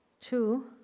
two